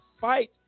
fight